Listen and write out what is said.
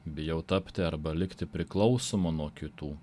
bijau tapti arba likti priklausomu nuo kitų